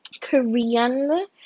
Korean